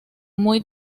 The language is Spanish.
muy